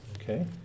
Okay